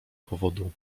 powodu